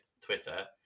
Twitter